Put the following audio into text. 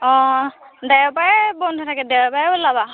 অঁ দেওবাৰে বন্ধ থাকে দেওবাৰে ওলাবা